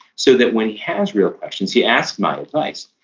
so that when he has real questions, he asks my advice.